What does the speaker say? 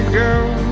girl